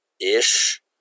ish